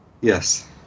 Yes